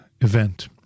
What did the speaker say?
event